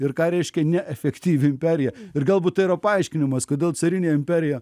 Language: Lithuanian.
ir ką reiškia neefektyvi imperija ir galbūt tai yra paaiškinimas kodėl carinė imperija